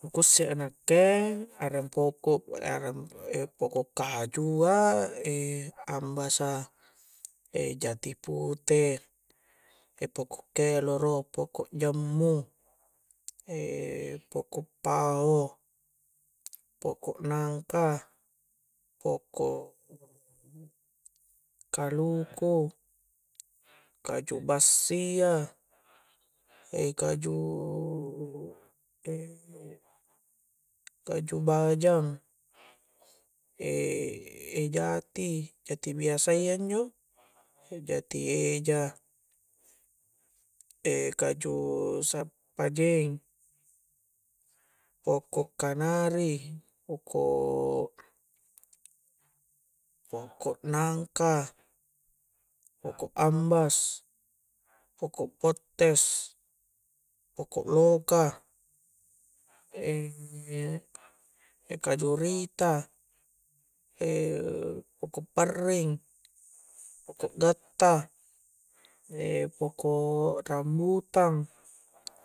Nu kuusse a nakke areng poko' areng poko' kaju a ambasa, jati pute poko' keloro, poko' jammu poko' pao poko' nangka poko' kaluku poko' nangka, poko' klauku kaju bassia kaju kaju bajang jati, jati biasayya injo jati eja, kaju sappajeng poko' kanari poko'-poko' angka, poko ambas poko pettes poko' loka' kaju rita poko' parring poko' gatta poko' rambutan